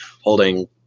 holding